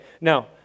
Now